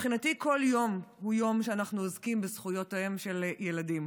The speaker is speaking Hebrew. מבחינתי כל יום הוא יום שאנחנו עוסקים בו בזכויותיהם של ילדים.